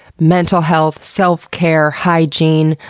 mental health, self-care, hygiene,